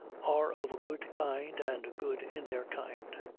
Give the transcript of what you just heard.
are of a good kind and good in their kind